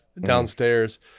downstairs